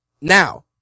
now